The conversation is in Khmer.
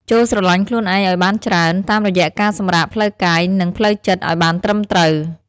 ចូរស្រឡាញ់ខ្លួនឯងឱ្យបានច្រើន តាមរយៈការសម្រាកផ្លូវកាយ និងផ្លូវចិត្តឱ្យបានត្រឹមត្រូវ។